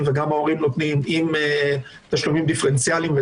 וגם ההורים נותנים עם תשלומים דיפרנציאליים.